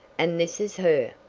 and this is her!